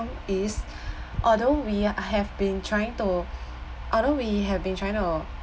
is although we have been trying to although we have been trying to